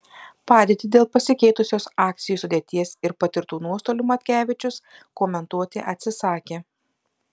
padėtį dėl pasikeitusios akcijų sudėties ir patirtų nuostolių matkevičius komentuoti atsisakė